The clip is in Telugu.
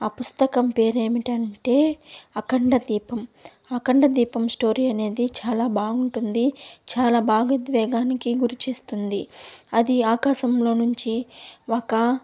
ఆ పుస్తకం పేరు ఏమిటంటే అఖండ దీపం అఖండ దీపం స్టోరీ అనేది చాలా బాగుంటుంది చాలా భావోద్వేగానికి గురిచేస్తుంది అది ఆకాశంలో నుంచి ఒక